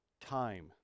time